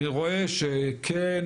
אבל אני רואה שכן